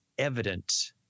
Evident